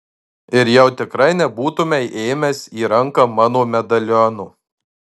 ir jau tikrai nebūtumei ėmęs į ranką mano medaliono